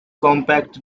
compact